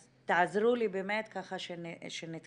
אז תעזרו לי באמת ככה שנתקדם.